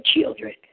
children